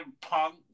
Punk